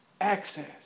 Access